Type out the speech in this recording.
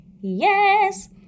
Yes